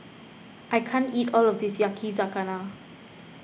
I can't eat all of this Yakizakana